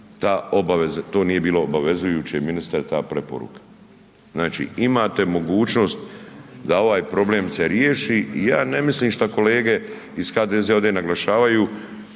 to nije bilo obavezujuće ministre ta preporuka. Znači imate mogućnost da ovaj problem se riješi i ja ne mislim šta kolege iz HDZ-a ovde naglašavaju,